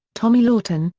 tommy lawton,